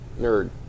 Nerd